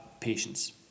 patience